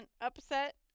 upset